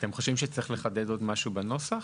אתם חושבים שצריך לחדד עוד משהו בנוסח?